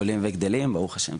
עולים וגדלים, ברוך השם.